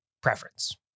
preference